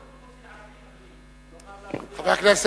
ירו על אוטובוס של ערבים, אדוני.